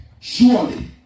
Surely